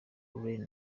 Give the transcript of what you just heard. lauren